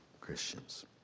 Christians